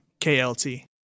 KLT